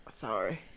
sorry